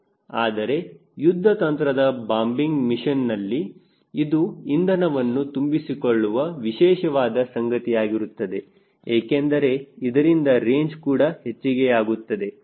ಆದರೆ ಯುದ್ಧತಂತ್ರದ ಬಾಂಬಿಂಗ್ ಮಿಷನ್ನಲ್ಲಿ ಇದು ಇಂಧನವನ್ನು ತುಂಬಿಸಿಕೊಳ್ಳುವ ವಿಶೇಷವಾದ ಸಂಗತಿಯಾಗಿರುತ್ತದೆ ಏಕೆಂದರೆ ಇದರಿಂದ ರೇಂಜ್ ಕೂಡ ಹೆಚ್ಚಿಗೆಯಾಗುತ್ತದೆ